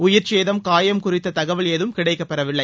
உயிர் சேதம் காயம் குறித்து தகவல் ஏதும் கிடைக்கப்பெறவில்லை